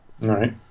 Right